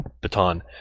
baton